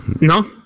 no